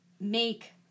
make